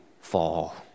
fall